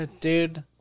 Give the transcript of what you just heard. dude